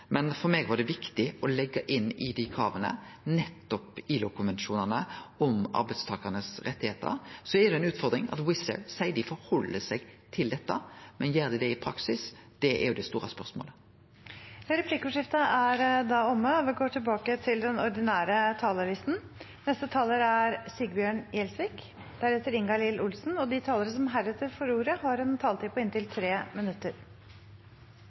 men for meg var det viktig å leggje inn i dei krava nettopp ILO-konvensjonane om arbeidstakarane sine rettar. Det er ei utfordring at Wizz Air seier dei held seg til dette – men gjer dei det i praksis? Det er det store spørsmålet. Replikkordskiftet er omme. De talere som heretter får ordet, har en taletid på inntil 3 minutter. I et langstrakt land som Norge er